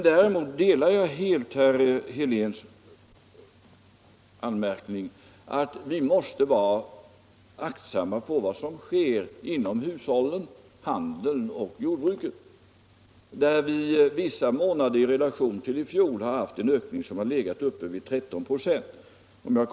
Däremot instämmer jag helt i herr Heléns anmärkning att vi måste vara uppmärksamma på vad som sker inom hushållen, handeln och jordbruket, där vi vissa månader i relation till i fjol har haft en ökning som legat uppe vid 13 96.